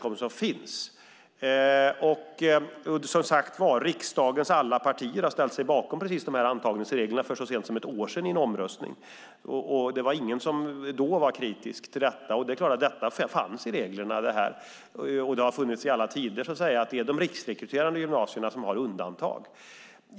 Så sent som för ett år sedan ställde sig riksdagens alla partier bakom antagningsreglerna i en omröstning. Det var ingen som då var kritisk till detta. Det har i alla tider varit så att det är de riksrekryterande gymnasierna som har undantag.